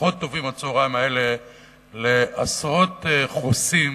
פחות טובים הצהריים האלה לעשרות חוסים